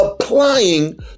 applying